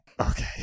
okay